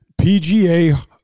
PGA